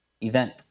event